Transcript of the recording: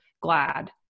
glad